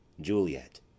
Juliet